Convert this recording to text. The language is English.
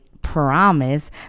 promise